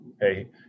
hey